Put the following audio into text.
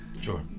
Sure